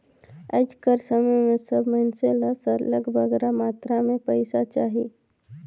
आएज कर समे में सब मइनसे ल सरलग बगरा मातरा में पइसा चाही